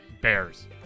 Bears